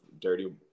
dirty